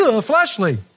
fleshly